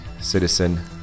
citizen